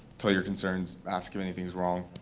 tell your concerns, ask if anything's wrong.